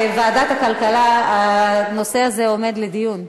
בוועדת הכלכלה הנושא הזה עומד לדיון.